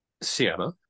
Sienna